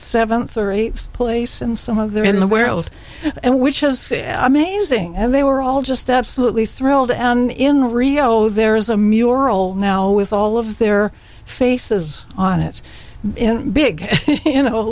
seventh or eighth place and some of there in the world and which was amazing and they were all just absolutely thrilled and in rio there is a mural now with all of their faces on it big you know